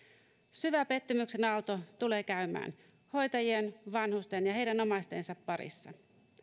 syvä pettymyksen aalto tulee käymään hoitajien vanhusten ja heidän omaistensa parissa